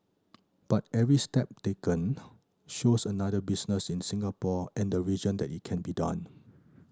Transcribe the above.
but every step taken shows another business in Singapore and the region that it can be done